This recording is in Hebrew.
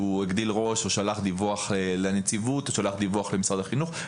שהוא הגדיל ראש או שלח דיווח לנציבות או שלח דיווח למשרד החינוך,